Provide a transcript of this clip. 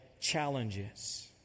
challenges